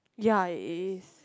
ya it is